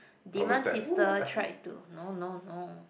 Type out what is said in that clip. demon sister tried to no no no